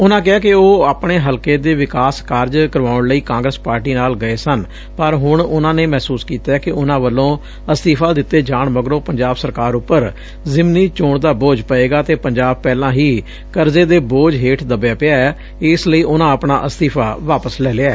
ਉਨੂਂ ਕਿਹਾ ਕਿ ਉਹ ਆਪਣੇ ਹਲਕੇ ਦੇ ਵਿਕਾਸ ਕਾਰਜ ਕਰਵਾਉਣ ਲਈ ਕਾਂਗਰਸ ਪਾਰਟੀ ਨਾਲ ਗਏ ਸਨ ਪਰ ਹੁਣ ਉਨੂਾ ਨੇ ਮਹਿਸੁਸ ਕੀਤੈ ਕਿ ਉਨੂਾ ਵੱਲੋਂ ਅਸਤੀਫਾ ਦਿੱਤੇ ਜਾਣ ਮਗਰੋਂ ਪੰਜਾਬ ਸਰਕਾਰ ਉਪਰ ਜ਼ਿਮਨੀ ਚੋਣ ਦਾ ਬੈਝ ਪਏਗਾ ਅਤੇ ਪੰਜਾਬ ਪਹਿਲਾਂ ਹੀ ਕਰਜ਼ੇ ਦੇ ਬੋਝ ਹੇਠ ਦਬਿਆ ਪਿਐ ਇਸ ਲਈ ਉਨਾਂ ਆਪਣਾ ਅਸਤੀਫ਼ਾ ਵਾਪਸ ਲੈ ਲਿਐ